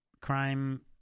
crime